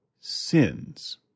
sins